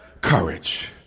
courage